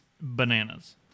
bananas